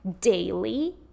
daily